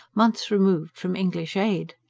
months removed from english aid?